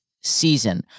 season